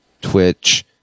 Twitch